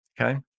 okay